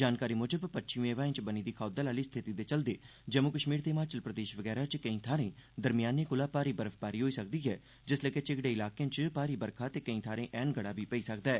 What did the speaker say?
जानकारी म्जब पच्छमी हवाएं च बनी दी खौदल आली स्थिति दे चलदे जम्मू कश्मीर ते हिमाचल प्रदेश वगैरा च केंई थारें दरमयाने कोला भारी बर्फबारी होई सकदी ऐ जिसलै कि झिगड़े इलाकें च भारी बरखा ते केंई थारें ऐन बी पेई सकदी ऐ